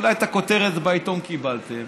אולי את הכותרת בעיתון קיבלתם,